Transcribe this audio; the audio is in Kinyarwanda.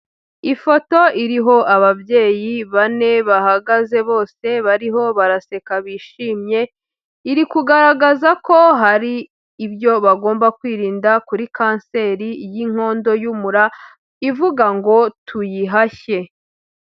Ifoto iriho ababyeyi bane bahagaze bose bariho baraseka bishimye, iri kugaragaza ko hari ibyo bagomba kwirinda kuri kanseri y'inkondo y'umura. Ivuga ngo tuyihashye.